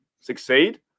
succeed